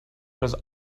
was